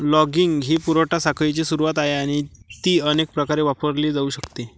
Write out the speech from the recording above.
logging ही पुरवठा साखळीची सुरुवात आहे आणि ती अनेक प्रकारे वापरली जाऊ शकते